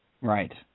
Right